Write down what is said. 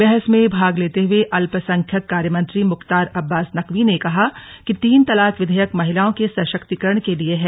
बहस में भाग लेते हुए अल्पसंख्यक कार्यमंत्री मुख्तार अब्बास नकवी ने कहा कि तीन तलाक विधेयक महिलाओं के सशक्तीकरण के लिए है